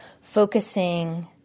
focusing